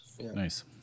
Nice